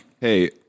Hey